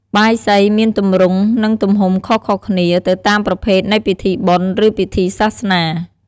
បាយសីមានទម្រង់ និងទំហំខុសៗគ្នាទៅតាមប្រភេទនៃពិធីបុណ្យ ឬពិធីសាសនា។